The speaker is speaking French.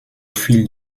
fil